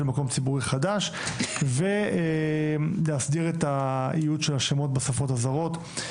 מקום ציבורי חדש ולהסדיר את האיות של השמות בשפות הזרות.